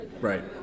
right